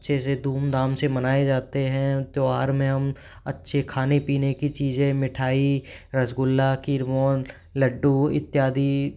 अच्छे से धूम धाम से मनाए जाते हैं त्योहार में हम अच्छे खाने पीने की चीज़ें मिठाई रसगुल्ला खीरमोहन लड्डू इत्यादि